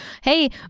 hey